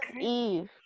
Eve